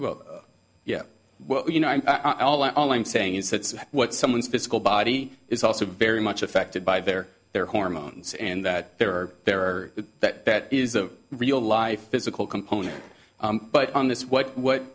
well yeah well you know i'm i'm all i'm saying is that what someone's physical body is also very much affected by their their hormones and that there are there are that that is a real life physical component but on this what what